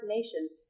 Nations